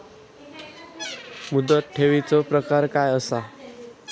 मुदत ठेवीचो प्रकार काय असा?